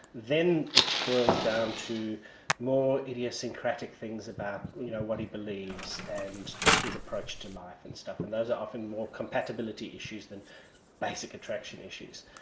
then it boils down to more idiosyncratic things about what he believes and his approach to life and stuff, and those are often more compatibility issues than basic attraction issues.